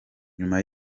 nyuma